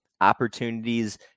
opportunities